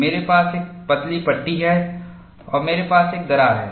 मेरे पास एक पतली पट्टी है और मेरे पास एक दरार है